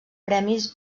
premis